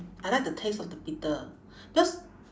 I like the taste of the bitter because